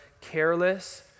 careless